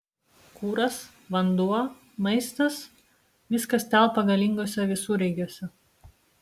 kuras vanduo maistas viskas telpa galinguose visureigiuose